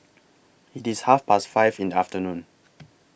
IT IS Half Past five in The afternoon